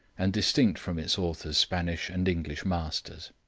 and distinct from its author's spanish and english masters.